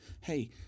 hey